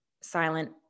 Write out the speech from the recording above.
silent